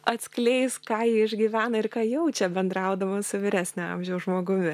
atskleis ką ji išgyvena ir ką jaučia bendraudama su vyresnio amžiaus žmogumi